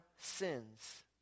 sins